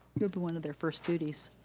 move to one of their first duties.